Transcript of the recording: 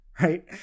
right